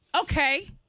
Okay